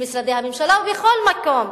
במשרדי הממשלה ובכל מקום.